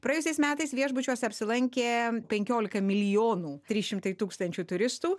praėjusiais metais viešbučiuose apsilankė penkiolika milijonų trys šimtai tūkstančių turistų